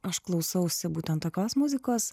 aš klausausi būtent tokios muzikos